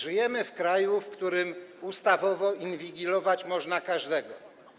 Żyjemy w kraju, w którym ustawowo inwigilować można każdego.